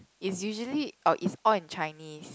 it's usually oh it's all in Chinese